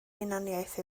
hunaniaeth